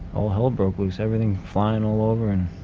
all hell broke loose. everything flying all over and